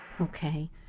Okay